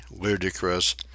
ludicrous